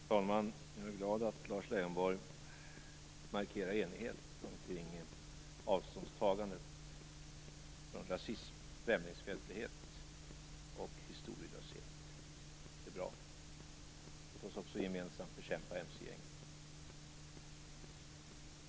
Fru talman! Jag är glad att Lars Leijonborg markerar enighet omkring avståndstagandet mot rasism, främlingsfientlighet och historielöshet. Det är bra. Låt oss också gemensamt bekämpa mc-gängen.